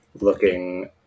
Looking